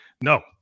No